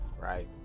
right